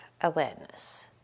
awareness